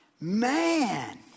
man